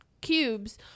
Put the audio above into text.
cubes